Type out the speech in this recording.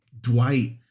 Dwight